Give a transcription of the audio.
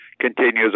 continues